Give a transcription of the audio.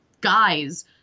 guys